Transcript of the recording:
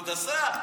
כבוד השר,